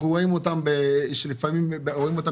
אנחנו רואים אותם בכל המלחמות,